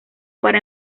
para